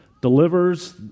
delivers